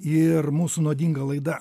ir mūsų nuodinga laida